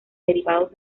derivados